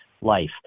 life